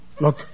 Look